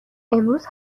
امروز